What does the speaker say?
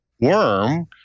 Worm